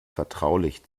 vertraulich